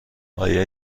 آیا